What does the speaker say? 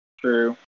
True